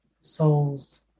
souls